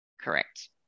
Correct